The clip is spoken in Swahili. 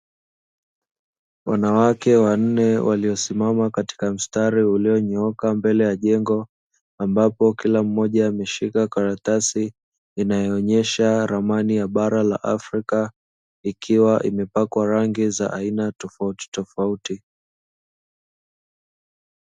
Wanawake wanne waliosimama katika mstari ulionyooka mbele ya jengo; ambapo kila mmoja ameshika karatasi inayoonyesha ramani ya bara la Afrika, ikiwa imepakwa rangi za aina tofuti tofauti.